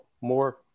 more